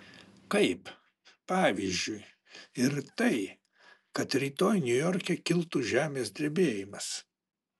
kaip pavyzdžiui ir tai kad rytoj niujorke kiltų žemės drebėjimas